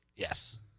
Yes